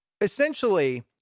essentially